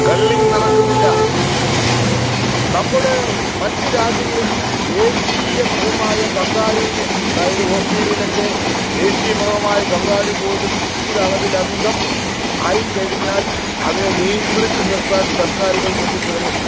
culling നടക്കുന്നില്ല നമ്മുടെ മറ്റ് രാജ്യങ്ങളിൽ ദേശീയ മൃഗമായ കങ്കാരൂവിനെ അതായത് ഓസ്ട്രേലിയയിലൊക്കെ ദേശീയ മൃഗമായ കങ്കാരൂ പോലും നിശ്ചിത അളവിലധികം ആയിക്കഴിഞ്ഞാൽ അതിനെ നിയന്ത്രിച്ച് നിർത്താൻ സർക്കാരുകൾ മുന്നിട്ടിറങ്ങും